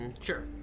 Sure